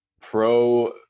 pro